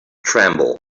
tremble